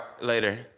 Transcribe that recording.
later